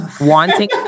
Wanting